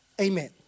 Amen